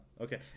Okay